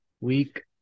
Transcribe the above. week